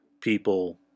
people